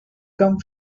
come